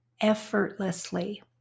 Effortlessly